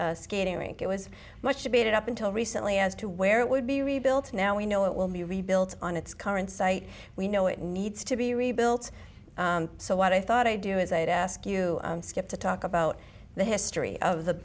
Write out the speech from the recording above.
debated skating rink it was much debated up until recently as to where it would be rebuilt and now we know it will be rebuilt on its current site we know it needs to be rebuilt so what i thought i'd do is i'd ask you skip to talk about the history of the